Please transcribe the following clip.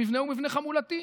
המבנה הוא מבנה חמולתי.